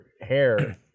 hair